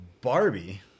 Barbie